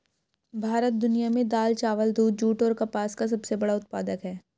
भारत दुनिया में दाल, चावल, दूध, जूट और कपास का सबसे बड़ा उत्पादक है